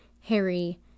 Harry